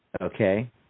okay